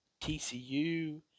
TCU